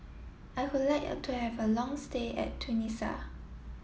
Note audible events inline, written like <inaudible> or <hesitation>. I would like <hesitation> to have a long stay in Tunisia